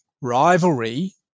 rivalry